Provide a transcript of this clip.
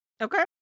Okay